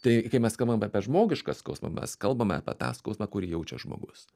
tai kai mes kalbam apie žmogišką skausmą mes kalbame apie tą skausmą kurį jaučia žmogus